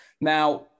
Now